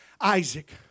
Isaac